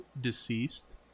deceased